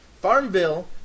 FarmVille